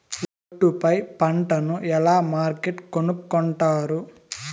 ఒట్టు పై పంటను ఎలా మార్కెట్ కొనుక్కొంటారు?